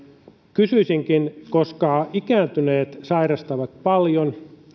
koska ikääntyneet sairastavat paljon